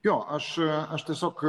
jo aš aš tiesiog